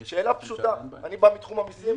אני בא מתחום המסים,